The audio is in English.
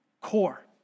core